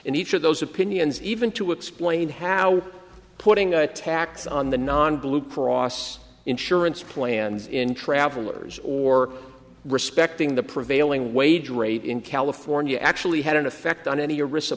in each of those opinions even to explain how putting a tax on the non blue cross insurance plans in travelers or respecting the prevailing wage rate in california actually had an effect on any aris